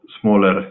smaller